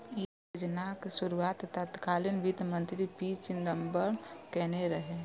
एहि योजनाक शुरुआत तत्कालीन वित्त मंत्री पी चिदंबरम केने रहै